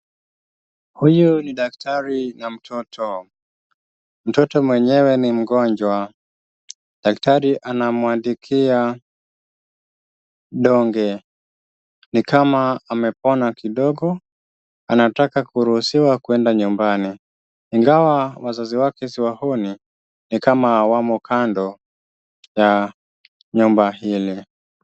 Huyu ni daktari na mtoto. Mtoto mwenyewe ni mgonjwa. Daktari anamuandikia donge ni kama amepona kidogo. Anataka kuruhusiwa kwenda nyumbani. Ingawa wazazi wake si wahuni, ni kama hawamo kando ya nyumba hili.